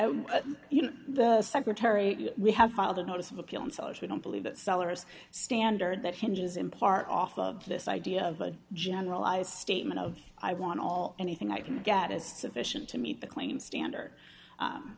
right you know the secretary we have filed a notice of appeal on sellers who don't believe that sellers standard that hinges in part off of this idea of a generalized statement of i want all anything i can get is sufficient to meet the claims standard